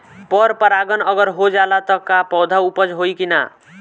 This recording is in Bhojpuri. पर परागण अगर हो जाला त का पौधा उपज होई की ना?